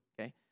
okay